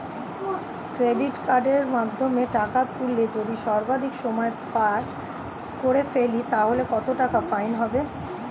Credit কার্ডের মাধ্যমে টাকা তুললে যদি সর্বাধিক সময় পার করে ফেলি তাহলে কত টাকা ফাইন হবে?